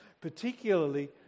particularly